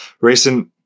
Recent